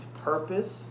purpose